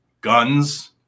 guns